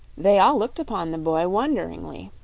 they all looked upon the boy wonderingly,